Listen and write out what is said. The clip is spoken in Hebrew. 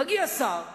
מגיע שר ואומר: